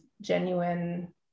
genuine